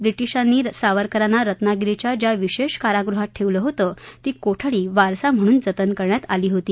ब्रिटिशांनी सावरकरांना रत्नागिरीच्या ज्या विशेष कारागृहात ठेवलं होतं ती कोठडी वारसा म्हणून जतन करण्यात आली होती